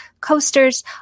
coasters